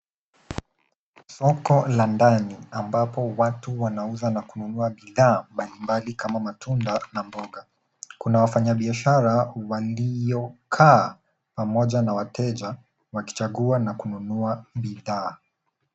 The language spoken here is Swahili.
Soko la ndani ambapo watu wanauza na kununua bidhaa mbalimbali kama matunda na mboga. Kuna wafanyi biashara walio kaa pamoja na wateja wakichagua na kununua bidhaa.